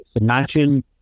Imagine